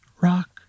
rock